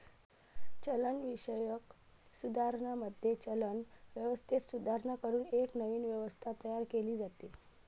चलनविषयक सुधारणांमध्ये, चलन व्यवस्थेत सुधारणा करून एक नवीन व्यवस्था तयार केली जाते